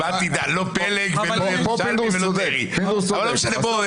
הפרשנות שלך מוטעה,